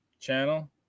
channel